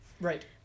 Right